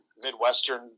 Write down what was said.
Midwestern